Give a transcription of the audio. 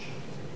בבקשה.